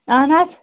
اَہَن حظ